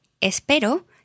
espero